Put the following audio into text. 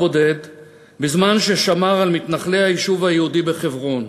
בזמן ששמר על מתנחלי היישוב היהודי בחברון.